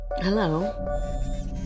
Hello